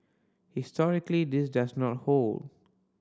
historically this does not hold